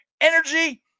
energy